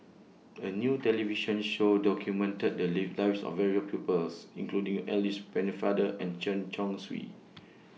A New television Show documented The Lives of various peoples including Alice Pennefather and Chen Chong Swee